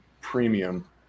premium